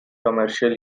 commercial